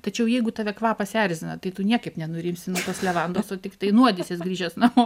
tačiau jeigu tave kvapas erzina tai tu niekaip nenurimsi nuo tos levandos o tiktai nuodysies grįžęs namo